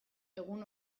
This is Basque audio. egun